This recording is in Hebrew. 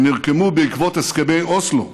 שנרקמו בעקבות הסכמי אוסלו,